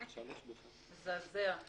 המצב -- מזעזע...